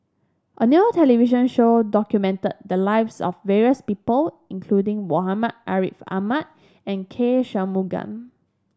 a new television show documented the lives of various people including Muhammad Ariff Ahmad and K Shanmugam